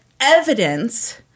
evidence